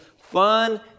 fun